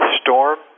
storm